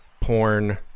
porn